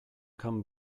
common